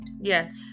yes